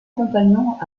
compagnon